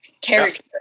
character